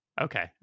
okay